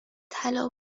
طلا